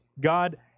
God